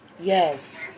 Yes